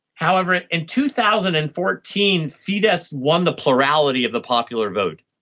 however, in in two thousand and fourteen, fidesz won the plurality of the popular vote.